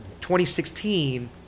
2016